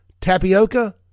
Tapioca